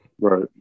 Right